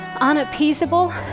unappeasable